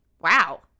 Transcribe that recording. Wow